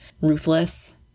ruthless